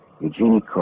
Eugenie